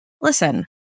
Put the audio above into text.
Listen